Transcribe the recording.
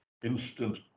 Instant